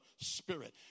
spirit